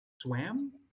swam